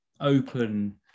open